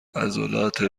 عضلات